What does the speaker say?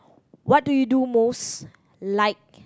what do you do most like